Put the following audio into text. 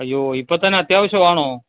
അയ്യോ ഇപ്പോൾ തന്നെ അത്യാവശ്യമാണോ